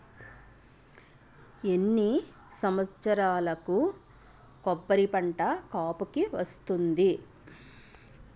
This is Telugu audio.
ఎన్ని సంవత్సరాలకు కొబ్బరి పంట కాపుకి వస్తుంది?